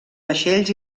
vaixells